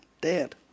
dead